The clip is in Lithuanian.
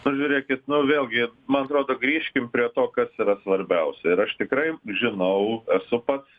pažiūrėkit nu vėlgi man atrodo grįžkim prie to kas yra svarbiausia ir aš tikrai žinau esu pats